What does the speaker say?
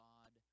God